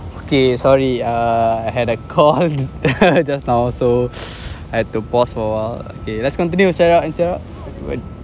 okay sorry ah I had a call just now so had to pause for awhile okay let's continue to chat up insyirah